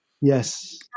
Yes